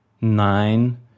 Nine